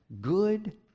good